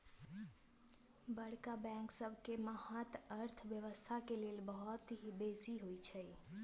बड़का बैंक सबके महत्त अर्थव्यवस्था के लेल बहुत बेशी होइ छइ